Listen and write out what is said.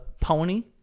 pony